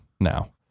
now